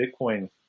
Bitcoin